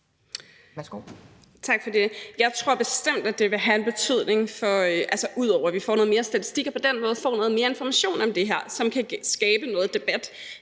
Tak for det. Jeg tror bestemt, at det vil have en betydning. Altså, ud over at vi får noget mere statistik og på den måde får noget mere information om det her, som kan skabe noget debat,